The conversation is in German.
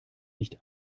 nicht